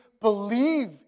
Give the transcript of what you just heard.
believe